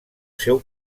seu